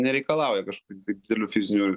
nereikalauja kažkokių tai didelių fizinių